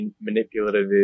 manipulative